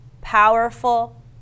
powerful